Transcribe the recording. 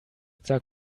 sag